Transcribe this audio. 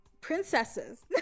princesses